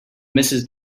mrs